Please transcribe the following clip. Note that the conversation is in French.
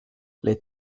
les